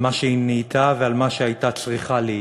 על מה שהיא נהייתה ועל מה שהייתה צריכה להיות,